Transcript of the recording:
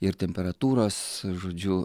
ir temperatūros žodžiu